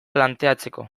planteatzeko